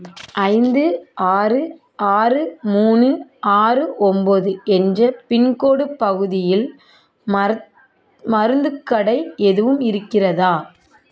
ஐந்து ஆறு ஆறு மூணு ஆறு ஒன்போது என்ற பின்கோடு பகுதியில் மருத் மருந்துக்கடை எதுவும் இருக்கிறதா